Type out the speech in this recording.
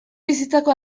bizitzako